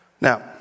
Now